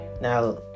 Now